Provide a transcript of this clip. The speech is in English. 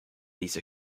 these